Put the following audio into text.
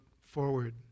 forward